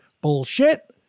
Bullshit